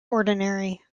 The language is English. ordinary